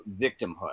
victimhood